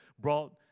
brought